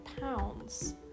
pounds